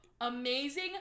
amazing